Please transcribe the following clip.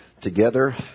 together